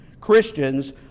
Christians